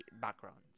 backgrounds